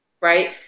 right